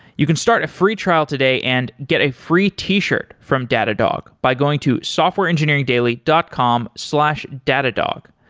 you can start a free trial today and get a free t-shirt from datadog by going to softwareengineeringdaily dot com slash datadog.